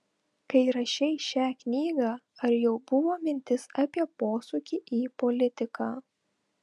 kai rašei šią knygą ar jau buvo mintis apie posūkį į politiką